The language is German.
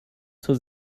zur